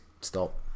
stop